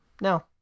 No